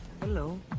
Hello